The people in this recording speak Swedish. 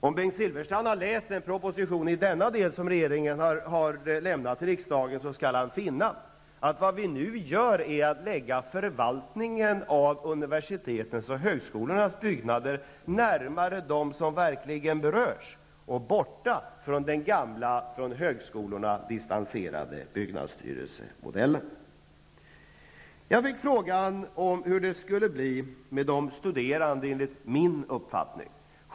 Om Bengt Silfverstrand har läst den proposition i denna del som regeringen har lämnat till riksdagen skall han finna, att vad vi nu gör är att lägga förvaltningen av universitetens och högskolornas byggnader närmare dem som verkligen berörs och längre bort från den gamla, från högskolorna distanserade byggnadsstyrelsemodellen. Jag fick frågan hur det enligt min uppfattning skulle bli med de studerande.